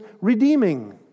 redeeming